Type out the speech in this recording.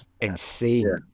insane